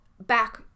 back